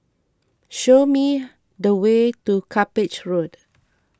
show me the way to Cuppage Road